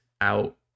out